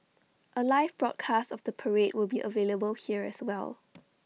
A live broadcast of the parade will be available here as well